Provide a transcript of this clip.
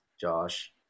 Josh